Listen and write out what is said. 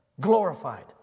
glorified